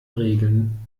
regeln